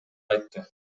айтты